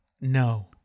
No